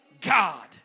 God